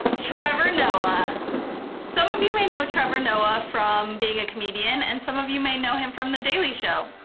trevor noah some of you may know trevor noah from being a comedian and some of you may know him from the daily show.